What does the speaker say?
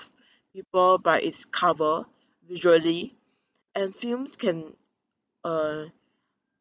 you poor by its cover visually and fumes can ah